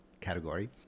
category